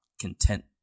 content